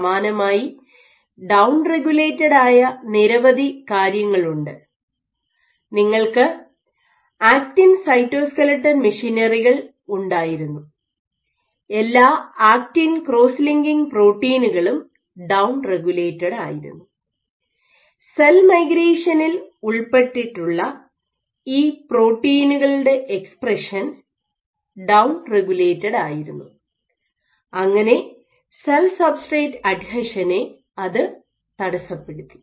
സമാനമായി ഡൌൺ റെഗുലേറ്റഡായ നിരവധി കാര്യങ്ങളുണ്ട് നിങ്ങൾക്ക് ആക്റ്റിൻ സൈറ്റോസ്ക്ലെട്ടൺ മെഷിനറികൾ ഉണ്ടായിരുന്നു എല്ലാ ആക്റ്റിൻ ക്രോസ് ലിങ്കിംഗ് പ്രോട്ടീനുകളും ഡൌൺ റെഗുലേറ്റഡായിരുന്നു സെൽ മൈഗ്രേഷനിൽ ഉൾപ്പെട്ടിട്ടുള്ള ഈ പ്രോട്ടീനുകളുടെ എക്സ്പ്രഷൻ ഡൌൺ റെഗുലേറ്റഡായിരുന്നു അങ്ങനെ സെൽ സബ്സ്ട്രേറ്റ് അഡഹഷനെ അത് തടസ്സപ്പെടുത്തി